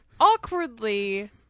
awkwardly